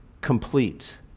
complete